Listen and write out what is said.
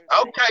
Okay